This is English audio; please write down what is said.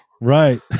Right